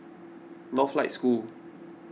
Northlight School